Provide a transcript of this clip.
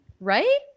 Right